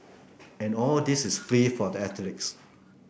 and all this is free for that athletes